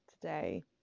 today